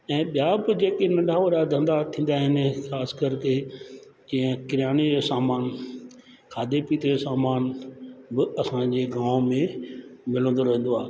ऐं ॿिया बि जेके नंढा वॾा धंधा थींदा आहिनि ख़ासि कर के जीअं किराने जो सामान खाधे पीते जो सामान बि असांजे गांव में मिलंदो रहंदो आहे